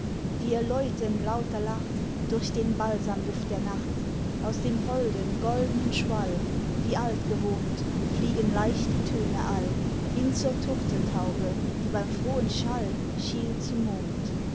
ihr läuten lauter lacht durch den balsamduft der nacht aus dem holden goldnen schwall wie altgewohnt fliegen leicht die töne all hin zur turteltaube die beim frohen schall schielt zum mond